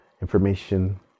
information